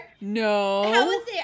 No